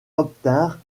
obtinrent